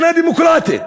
מדינה דמוקרטית,